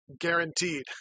guaranteed